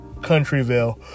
Countryville